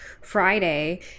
Friday